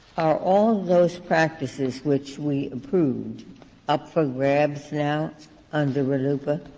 are all those practices which we approved up for grabs now under rluipa?